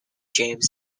james